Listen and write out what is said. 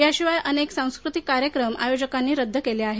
याशिवाय अनेक सांस्कृतिक कार्यक्रम आयोजकांनी रद्द केले आहेत